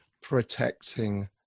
protecting